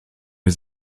les